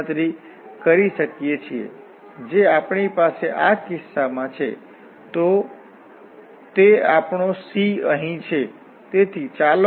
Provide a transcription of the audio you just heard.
તેથી આપણી પાસે y 2y આપેલ રિજીયન માં ઇન્ટીગ્રેટેડ છે આ રિજીયન R જ્યાં લિમિટ 0 થી 1 અને 0 થી 1 છે હવે ગણતરી કરવી આ ખૂબ જ સરળ છે